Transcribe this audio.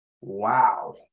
Wow